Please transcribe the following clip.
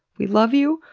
we love you.